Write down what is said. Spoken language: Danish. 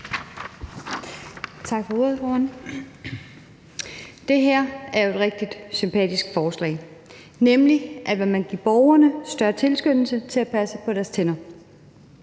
Tak for ordet, formand. Det her er jo et rigtig sympatisk forslag, nemlig at man vil give borgerne større tilskyndelse til at passe på deres tænder.